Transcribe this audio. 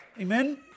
Amen